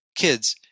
Kids